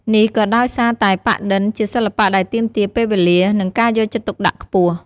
នេះក៏ដោយសារតែ ប៉ាក់-ឌិន ជាសិល្បៈដែលទាមទារពេលវេលា និងការយកចិត្តទុកដាក់ខ្ពស់។